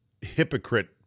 hypocrite